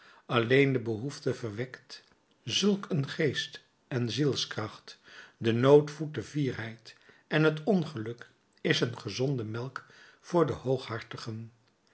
alleen de behoefte verwekt zulk een geest en zielskracht de nood voedt de fierheid en het ongeluk is een gezonde melk voor de hooghartigen